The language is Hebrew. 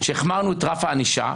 כשהחמרנו את רף הענישה,